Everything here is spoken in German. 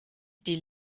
die